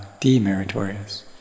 demeritorious